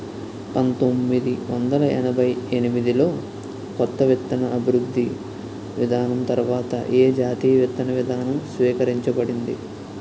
పంతోమ్మిది వందల ఎనభై ఎనిమిది లో కొత్త విత్తన అభివృద్ధి విధానం తర్వాత ఏ జాతీయ విత్తన విధానం స్వీకరించబడింది?